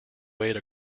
wade